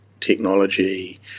technology